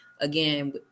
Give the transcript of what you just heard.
again